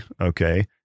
okay